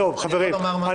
חברים,